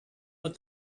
but